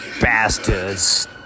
bastards